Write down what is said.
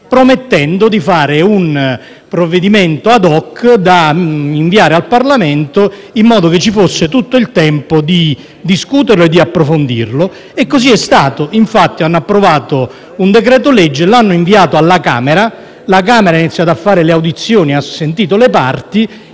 promettendo di varare un provvedimento *ad hoc* da inviare al Parlamento in modo che ci fosse tutto il tempo di discuterlo e di approfondirlo. Così è stato, infatti il Governo ha approvato un decreto-legge, lo ha inviato alla Camera, che ha iniziato a svolgere le audizioni, ha sentito le parti